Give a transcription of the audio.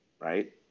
right